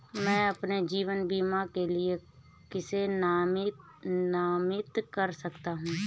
मैं अपने जीवन बीमा के लिए किसे नामित कर सकता हूं?